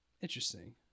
Interesting